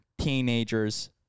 teenagers